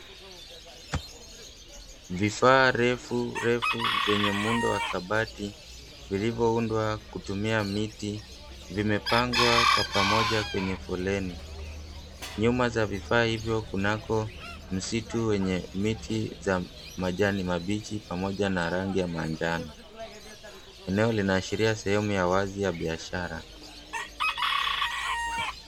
Vifaa refu refu venye muundo wa kabati, vilivyoundwa kutumia miti, vimepangwa kwa pamoja kwenye foleni, nyuma za vifaa ivyo kunako msitu wenye miti za majani mabichi, pamoja na rangi ya manjano, eneo linaashiria sehemu ya wazi ya biashara.